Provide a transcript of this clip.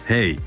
Hey